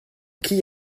qui